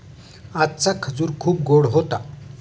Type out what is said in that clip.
आजचा खजूर खूप गोड होता